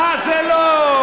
אה, זה לא.